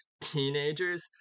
teenagers